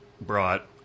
brought